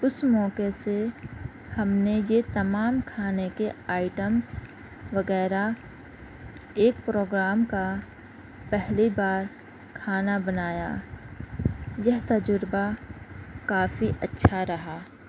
اس موقعے سے ہم نے یہ تمام کھانے کے آئٹمس وغیرہ ایک پروگرام کا پہلی بار کھانا بنایا یہ تجربہ کافی اچھا رہا